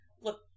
look